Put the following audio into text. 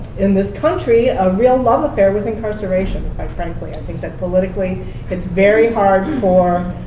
in this country, a real love affair with incarceration, quite frankly. i think that politically it's very hard for